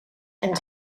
and